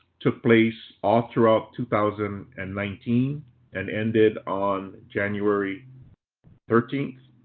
took place all throughout two thousand and nineteen and ended on january thirteenth.